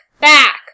Back